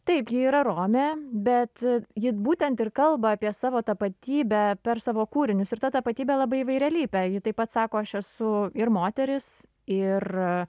taip ji yra romė bet ji būtent ir kalba apie savo tapatybę per savo kūrinius ir ta tapatybė labai įvairialypė ji taip pat sako aš esu ir moteris ir